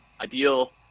ideal